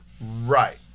Right